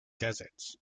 deserts